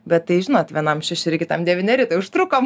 bet tai žinot vienam šešeri kitam devyneri tai užtrukom